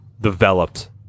developed